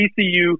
TCU